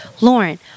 Lauren